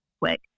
quick